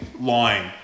lying